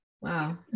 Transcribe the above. Wow